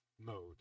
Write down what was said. mode